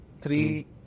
three